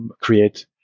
create